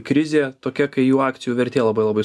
krizė tokia kai jų akcijų vertė labai labai